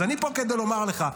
אז אני פה כדי לומר לך: